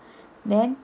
then